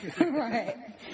Right